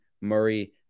Murray